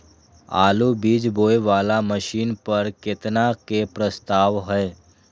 आलु बीज बोये वाला मशीन पर केतना के प्रस्ताव हय?